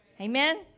Amen